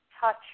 touch